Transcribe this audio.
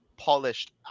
polished